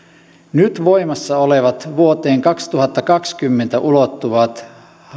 nyt voimassa olevat vuoteen kaksituhattakaksikymmentä ulottuvat